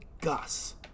Gus